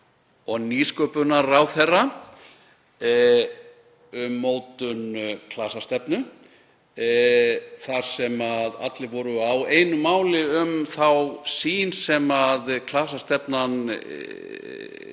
nýsköpunarráðherra um mótun klasastefnu þar sem allir voru á einu máli um þá sýn sem klasastefnan á að